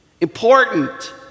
important